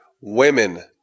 women